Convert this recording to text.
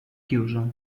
chiuso